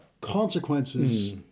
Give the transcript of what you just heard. consequences